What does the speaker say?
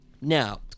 Now